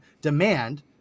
demand